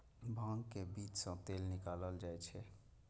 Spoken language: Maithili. भांग के बीज सं तेल निकालल जाइ छै